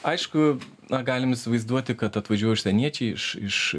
aišku na galim įsivaizduoti kad atvažiuoja užsieniečiai iš